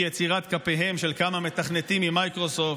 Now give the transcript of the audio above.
יצירת כפיהם של כמה מתכנתים ממיקרוסופט,